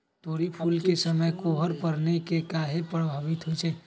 तोरी फुल के समय कोहर पड़ने से काहे पभवित होई छई?